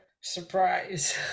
surprise